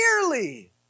nearly